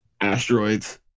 Asteroids